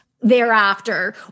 thereafter